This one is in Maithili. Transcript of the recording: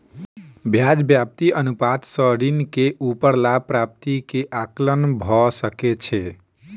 ब्याज व्याप्ति अनुपात सॅ ऋण के ऊपर लाभ प्राप्ति के आंकलन भ सकै छै